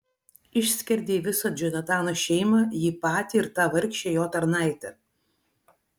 išskerdei visą džonatano šeimą jį patį ir tą vargšę jo tarnaitę